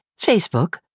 Facebook